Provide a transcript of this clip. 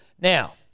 Now